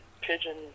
Pigeon